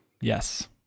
Yes